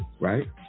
right